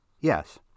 Yes